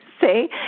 say